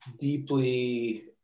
deeply